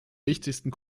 wichtigsten